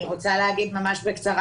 אני רוצה לדבר ממש בקצרה.